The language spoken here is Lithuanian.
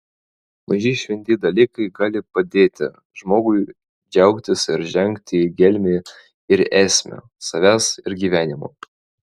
maži šventi dalykai gali padėti žmogui džiaugtis ir žengti į gelmę ir esmę savęs ir gyvenimo